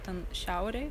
ten šiaurėj